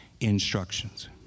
instructions